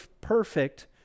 perfect